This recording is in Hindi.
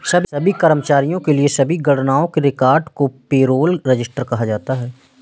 सभी कर्मचारियों के लिए सभी गणनाओं के रिकॉर्ड को पेरोल रजिस्टर कहा जाता है